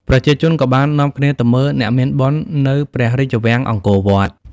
ប្រជាជន ក៏បាននាំគ្នាទៅមើលអ្នកមានបុណ្យនៅព្រះរាជវាំងអង្គរវត្ត ។